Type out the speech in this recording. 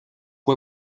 fue